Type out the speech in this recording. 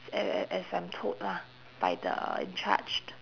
a~ a~ as I'm told lah by the in charged